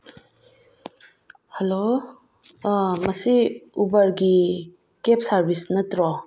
hello ꯃꯁꯤ ꯎꯕꯔꯒꯤ cab service ꯅꯠꯇ꯭ꯔꯣ